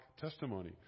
testimony